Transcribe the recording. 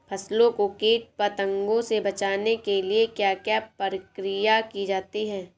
फसलों को कीट पतंगों से बचाने के लिए क्या क्या प्रकिर्या की जाती है?